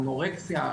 האנורקסיה,